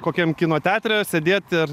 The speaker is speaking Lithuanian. kokiam kino teatre sėdėt ir